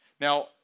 Now